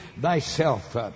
thyself